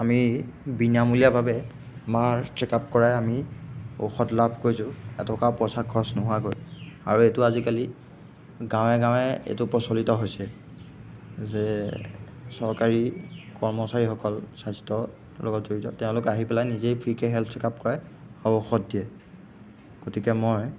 আমি বিনামূলীয়া বাবে আমাৰ চেকআপ কৰাই আমি ঔষধ লাভ কৰিছোঁ এটকাও পইচা খৰচ নোহোৱাকৈ আৰু এইটো আজিকালি গাঁৱে গাঁৱে এইটো প্ৰচলিত হৈছে যে চৰকাৰী কৰ্মচাৰীসকল স্বাস্থ্যৰ লগত জড়িত তেওঁলোকে আহি পেলাই নিজেই ফ্ৰীকৈ হেল্থ চেকআপ কৰাই আৰু ঔষধ দিয়ে গতিকে মই